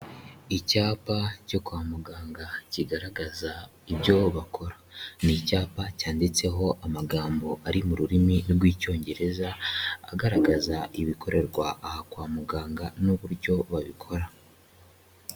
Icyapa cyo kwa muganga kigaragaza ibyo bakora. Ni icyapa cyanditseho amagambo ari mu rurimi rw'Icyongereza, agaragaza ibikorerwa aha kwa muganga n'uburyo babikora.